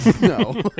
No